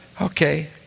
Okay